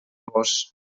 vós